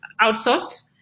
outsourced